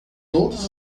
todos